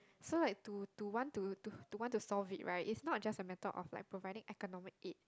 so like to to want to to want to solve it right it's not just a matter of like providing economic aid